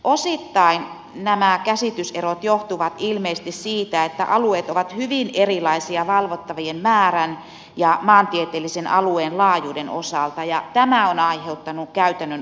osittain nämä käsityserot johtuvat ilmeisesti siitä että alueet ovat hyvin erilaisia valvottavien määrän ja maantieteellisen alueen laajuuden osalta ja tämä on aiheuttanut käytännön ongelmia